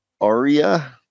ARIA